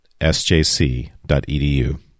sjc.edu